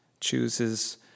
chooses